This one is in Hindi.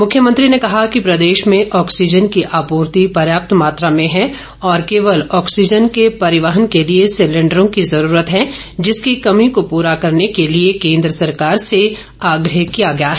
मुख्यमंत्री ने कहा कि प्रदेश में ऑक्सीन की आपूर्ति पर्याप्त मात्रा में है और केवल ऑक्सीजन के परिवहन के लिए सिलेंडरो की जरूरत है जिसकी कमी को पूरो करने के लिए केंद्र सरकार से आग्रह किया गया है